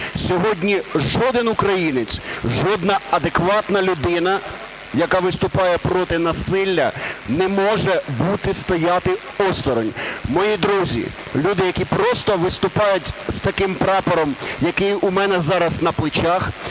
Сьогодні жоден українець, жодна адекватна людина, яка виступає проти насилля, не може бути, стояти осторонь. Мої друзі, люди, які просто виступають з таким прапором, який у мене зараз на плечах,